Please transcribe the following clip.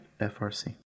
FRC